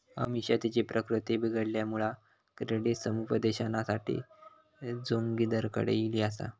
अमिषा तिची प्रकृती बिघडल्यामुळा क्रेडिट समुपदेशनासाठी जोगिंदरकडे ईली आसा